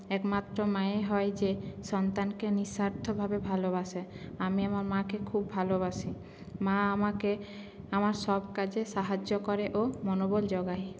একমাত্র মায়ই হয় যে সন্তানকে নিঃস্বার্থভাবে ভালোবাসে আমি আমার মাকে খুব ভালোবাসি মা আমাকে আমার সব কাজে সাহায্য করে ও মনোবল জোগায়